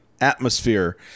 atmosphere